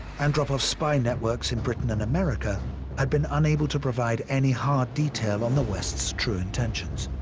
andropov's spy networks in britain and america had been unable to provide any hard detail on the west's true intentions.